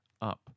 up